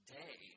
day